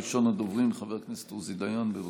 ראשון הדוברים, חבר הכנסת עוזי דיין, בבקשה.